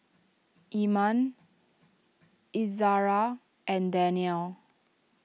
Iman Izzara and Daniel